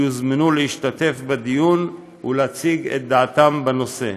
שיוזמנו להשתתף בדיון ולהציג את דעתם בנושא.